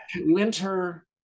Winter